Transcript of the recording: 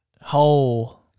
whole